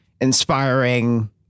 inspiring